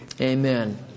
Amen